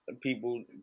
people